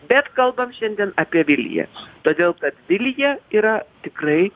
bet kalbam šiandien apie viliją todėl kad vilija yra tikrai